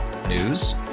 News